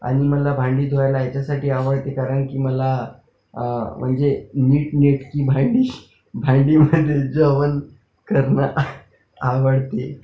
आणि मला भांडी धुवायला याच्यासाठी आवडते कारण की मला म्हणजे नीटनेटकी भांडी भांडीमधे जेवण करणं आवडते